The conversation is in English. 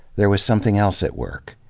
there was something else at work.